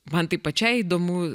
man tai pačiai įdomu